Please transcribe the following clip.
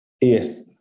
yes